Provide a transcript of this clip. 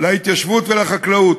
להתיישבות ולחקלאות,